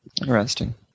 Interesting